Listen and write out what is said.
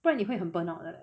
不然你会很 burn out 的 leh